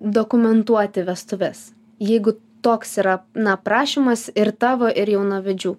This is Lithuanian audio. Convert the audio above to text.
dokumentuoti vestuves jeigu toks yra na prašymas ir tavo ir jaunavedžių